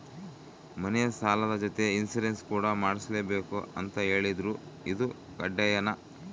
ಮನೆ ಸಾಲದ ಜೊತೆಗೆ ಇನ್ಸುರೆನ್ಸ್ ಕೂಡ ಮಾಡ್ಸಲೇಬೇಕು ಅಂತ ಹೇಳಿದ್ರು ಇದು ಕಡ್ಡಾಯನಾ?